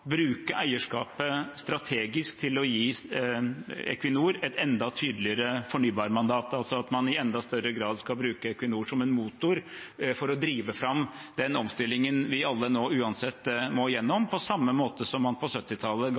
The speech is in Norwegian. bruke eierskapet strategisk til å gi Equinor et enda tydeligere fornybarmandat, altså at man i enda større grad skal bruke Equinor som en motor for å drive fram den omstillingen vi alle nå uansett må igjennom, på samme måte som man på 1970-tallet ga